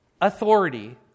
authority